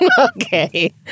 Okay